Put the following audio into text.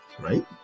right